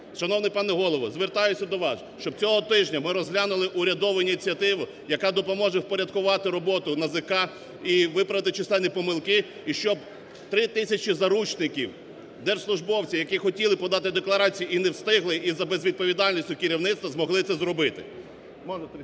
Шановний пане Голово, звертаюсь до вас, щоб цього тижня ми розглянули урядову ініціативу, яка допоможе впорядкувати роботу НАЗК і виправити численні помилки. І щоб три тисячі заручників, держслужбовців, які хотіли подати декларації і не встигли із-за безвідповідальності керівництва, змогли це зробити.